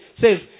says